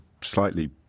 slightly